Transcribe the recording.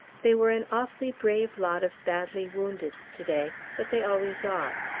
they were an awfully brave lot of badly woundeds to-day, but they always are.